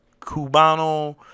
Cubano